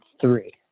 three